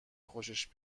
خوشش